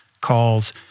calls